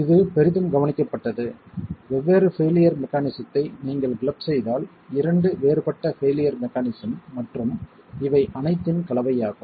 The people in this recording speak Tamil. இது பெரிதும் கவனிக்கப்பட்டது வெவ்வேறு பெயிலியர் மெக்கானிசத்தை நீங்கள் கிளப் செய்தால் இரண்டு வேறுபட்ட பெயிலியர் மெக்கானிசம் மற்றும் இவை அனைத்தின் கலவையாகும்